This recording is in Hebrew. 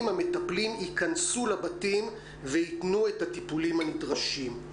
המטפלים יכנסו לבתים ויתנו את הטיפולים הנדרשים.